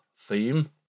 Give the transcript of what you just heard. theme